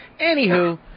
anywho